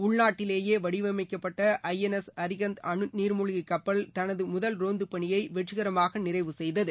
உள்நாட்டிலேயே வடிவமைக்கப்பட்ட I N S Arihant அனுநீர்மூழ்கி கப்பல் தனது முதல் ரோந்துப் பணியை வெற்றிகரமாக நிறைவு செய்தது